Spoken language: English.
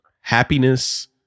happiness